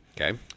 Okay